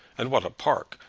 and what a park!